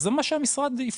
אז זה מה שהמשרד יבחן.